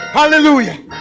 hallelujah